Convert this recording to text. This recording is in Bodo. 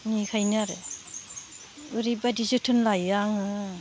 बिनिखायनो आरो ओरैबादि जोथोन लायो आङो